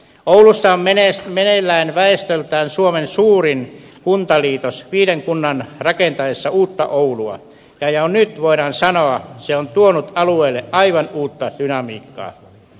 oulussa on meneillään väestöltään suomen suurin kuntaliitos viiden kunnan rakentaessa uutta oulua ja jo nyt voidaan sanoa että se on tuonut alueelle aivan uutta dynamiikkaa